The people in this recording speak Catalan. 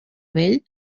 vell